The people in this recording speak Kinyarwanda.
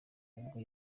ubwo